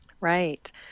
Right